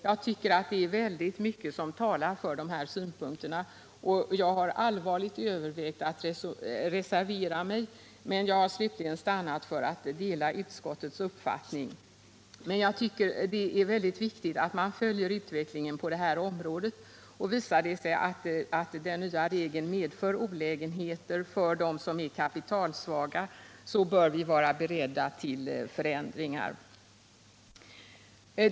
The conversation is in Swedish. Jag tycker att det är mycket som talar för dessa synpunkter, och jag har allvarligt övervägt att reservera mig men har slutligen stannat för att dela utskottets uppfattning. Det är väldigt viktigt att man följer utvecklingen på det här området. Visar det sig att den nya lagen medför olägenheter för dem som är kapitalsvaga, bör vi vara beredda till förändringar.